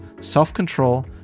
self-control